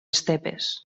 estepes